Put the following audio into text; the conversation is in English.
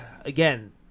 again